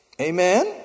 amen